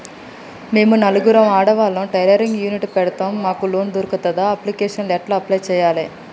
మేము నలుగురం ఆడవాళ్ళం టైలరింగ్ యూనిట్ పెడతం మాకు లోన్ దొర్కుతదా? అప్లికేషన్లను ఎట్ల అప్లయ్ చేయాలే?